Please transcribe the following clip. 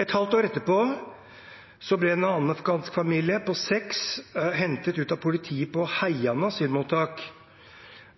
Et halvt år etterpå ble en annen afghansk familie, en familie på seks, hentet ut av politiet på Heiane asylmottak.